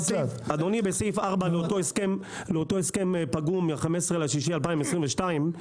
בסעיף 4 לאותו הסכם פגום מה-15 ליוני 2022,